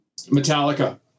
Metallica